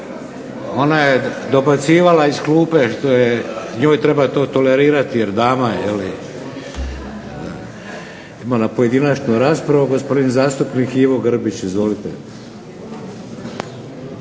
ona je dobacivala iz klupe, što je, njoj treba to tolerirati jer dama je jel'. Idemo na pojedinačnu raspravu. Gospodin zastupnik Ivo Grbić, izvolite.